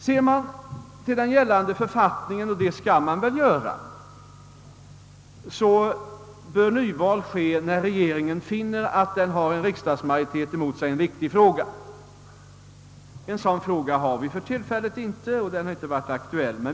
Ser man till den gällande författningen — och det skall man väl göra — bör nyval utlysas när regeringen finner att den har en riksdagsmajoritet emot sig i en viktig fråga. En sådan fråga har vi för tillfället inte men vi kan få den.